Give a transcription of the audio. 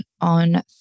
on